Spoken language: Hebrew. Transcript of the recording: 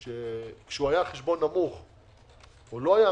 שכשהוא היה חשבון נמוך הוא לא סווג